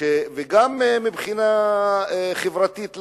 וגם מבחינה חברתית,